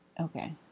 Okay